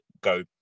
go